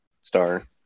star